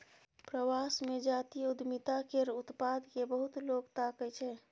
प्रवास मे जातीय उद्यमिता केर उत्पाद केँ बहुत लोक ताकय छै